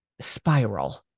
spiral